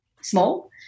small